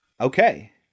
Okay